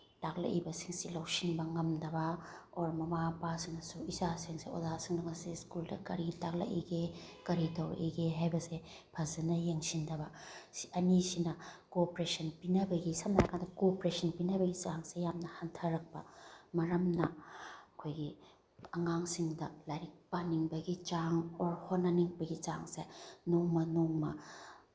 ꯇꯥꯛꯂꯛꯏꯕꯁꯤꯡꯁꯤ ꯂꯧꯁꯤꯟꯕ ꯉꯝꯗꯕ ꯑꯣꯔ ꯃꯃꯥ ꯃꯄꯥꯁꯤꯅꯁꯨ ꯏꯆꯥꯁꯤꯡꯁꯦ ꯑꯣꯖꯥꯁꯤꯡꯅ ꯉꯁꯤ ꯁ꯭ꯀꯨꯜꯗ ꯀꯔꯤ ꯇꯥꯛꯂꯛꯏꯒꯦ ꯀꯔꯤ ꯇꯧꯔꯛꯏꯒꯦ ꯍꯥꯏꯕꯁꯦ ꯐꯖꯅ ꯌꯦꯡꯁꯤꯟꯗꯕ ꯑꯅꯤꯁꯤꯅ ꯀꯣꯑꯣꯄꯔꯦꯁꯟ ꯄꯤꯅꯕꯒꯤ ꯁꯝꯅ ꯍꯥꯏꯔꯀꯥꯟꯗ ꯀꯣꯑꯣꯄꯔꯦꯁꯟ ꯄꯤꯅꯕꯒꯤ ꯆꯥꯡꯁꯦ ꯌꯥꯝꯅ ꯍꯟꯊꯔꯛꯄ ꯃꯔꯝꯅ ꯑꯩꯈꯣꯏꯒꯤ ꯑꯉꯥꯡꯁꯤꯡꯗ ꯂꯥꯏꯔꯤꯛ ꯄꯥꯅꯤꯡꯕꯒꯤ ꯆꯥꯡ ꯑꯣꯔ ꯍꯣꯠꯅꯅꯤꯡꯕꯒꯤ ꯆꯥꯡꯁꯦ ꯅꯣꯡꯃ ꯅꯣꯡꯃ